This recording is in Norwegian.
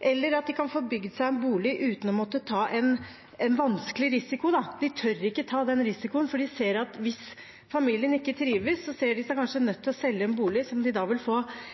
eller kan få bygd seg en bolig uten å måtte ta en vanskelig risiko. De tør ikke ta den risikoen, for hvis familien ikke trives, ser de seg kanskje nødt til å selge en bolig som de da vil få